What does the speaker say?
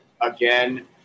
again